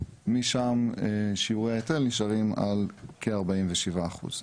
משם, שיעורי ההיטל נשארים על כ-47 אחוז.